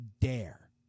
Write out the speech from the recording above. dare